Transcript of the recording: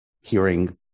hearing